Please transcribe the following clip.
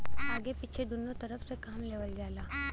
आगे पीछे दुन्नु तरफ से काम लेवल जाला